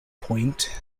point